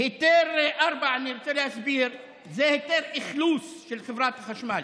אני רוצה להסביר: היתר 4 זה היתר אכלוס של חברת החשמל.